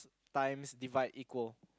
times divide equal